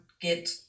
get